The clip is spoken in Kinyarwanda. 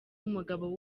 umugabo